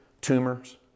tumors